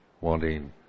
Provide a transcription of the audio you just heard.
wanting